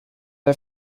der